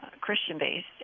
Christian-based